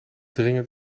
dringend